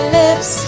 lips